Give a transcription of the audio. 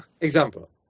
example